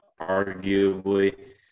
Arguably